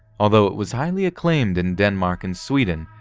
although it was highly acclaimed in denmark and sweden,